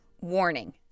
Warning